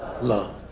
love